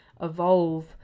evolve